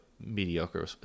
mediocre